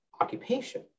occupation